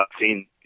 seen